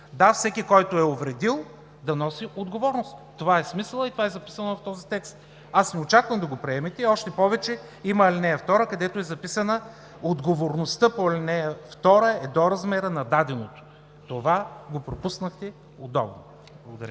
Да, всеки, който е увредил, да носи отговорност. Това е смисълът и това е записано в този текст. Не очаквам да го приемете, още повече има ал. 2, където е записано: „отговорността по ал. 2 е до размера на даденото“. Това го пропуснахте. Благодаря.